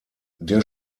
der